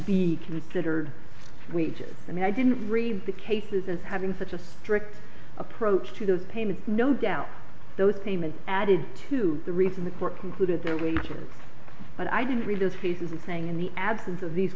be considered sweet i mean i didn't read the cases as having such a strict approach to those payments no doubt those payments added to the reason the court concluded their wages but i did read of cases and saying in the absence of these